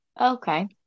Okay